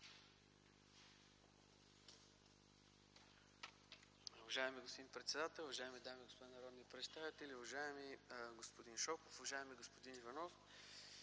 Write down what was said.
Уважаема госпожо председател, уважаеми дами и господа народни представители! Уважаеми господин Иванов, уважаеми господин Шопов,